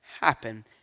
happen